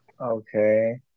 Okay